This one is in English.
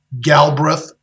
Galbraith